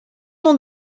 nom